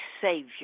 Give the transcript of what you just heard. savior